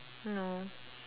no